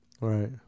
Right